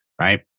right